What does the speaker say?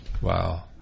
Wow